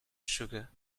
sugar